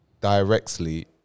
directly